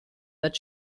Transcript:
that